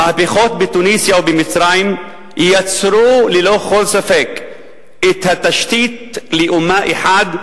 המהפכות בתוניסיה ובמצרים יצרו ללא כל ספק את התשתית לאומה אחת,